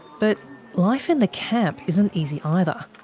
but life in the camp isn't easy either.